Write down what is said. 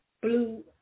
blue